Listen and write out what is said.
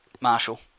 Marshall